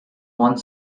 one